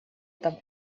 там